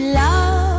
love